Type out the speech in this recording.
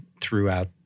throughout